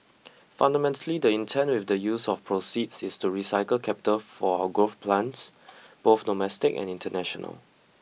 fundamentally the intent with the use of proceeds is to recycle capital for our growth plans both domestic and international